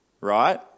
Right